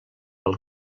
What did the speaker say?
pel